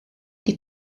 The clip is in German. die